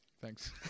Thanks